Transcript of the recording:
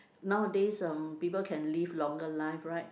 nowadays um people can live longer lives right